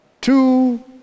two